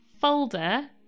folder